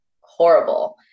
horrible